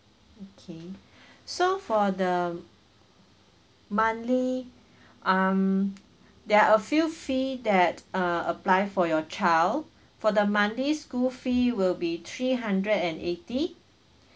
okay so for the monthly um there're a few fee that uh apply for your child for the monthly school fee will be three hundred and eighty